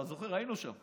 אתה זוכר, היינו שם.